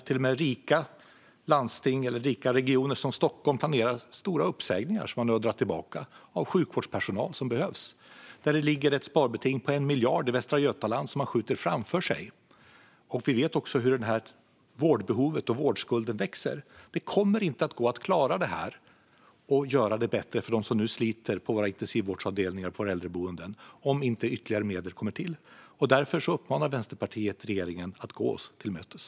Till och med rika regioner som Stockholm planerar stora uppsägningar, som nu har dragits tillbaka, av sjukvårdspersonal som behövs. Det ligger ett sparbeting på 1 miljard i Västra Götaland som de skjuter framför sig. Vi vet också hur vårdbehovet och vårdskulden växer. Det kommer inte att gå att klara detta och göra det bättre för dem som nu sliter på våra intensivvårdsavdelningar och äldreboenden om inte ytterligare medel kommer till. Därför uppmanar Vänsterpartiet regeringen att gå oss till mötes.